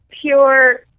pure